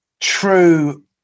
true